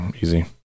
Easy